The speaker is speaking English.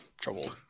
trouble